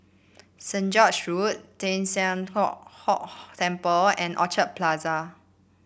Saint George's Road Teng San Hock Hock Temple and Orchard Plaza